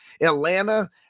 Atlanta